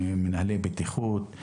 מנהלי בטיחות,